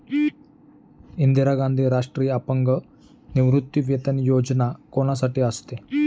इंदिरा गांधी राष्ट्रीय अपंग निवृत्तीवेतन योजना कोणासाठी असते?